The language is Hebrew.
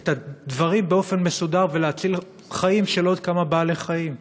את הדברים באופן מסודר ולהציל חיים של עוד כמה בעלי-חיים?